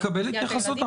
תקבל התייחסות,